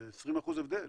זה 20% הבדל.